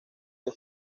que